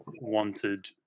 wanted